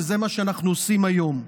וזה מה שאנחנו עושים היום.